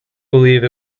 believe